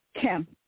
Kim